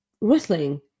wrestling